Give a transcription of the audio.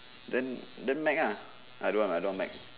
then then Mac ah I don't want I don't want Mac